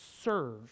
serve